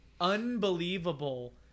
unbelievable